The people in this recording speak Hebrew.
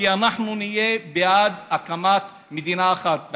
כי אנחנו נהיה בעד הקמת מדינה אחת,